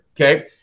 okay